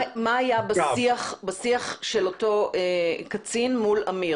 מה היה בשיח של אותו קצין מול אמיר?